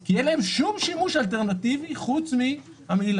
כי אין להם שום שימוש אלטרנטיבי חוץ מהמהילה.